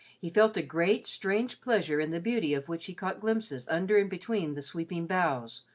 he felt a great, strange pleasure in the beauty of which he caught glimpses under and between the sweeping boughs,